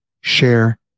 share